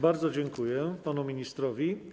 Bardzo dziękuję panu ministrowi.